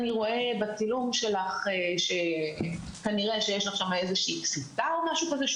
אני רואה בצילום שלך שכנראה שיש לך שם איזושהי --- או משהו כזה.